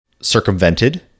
circumvented